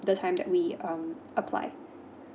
the time that we um apply